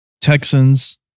Texans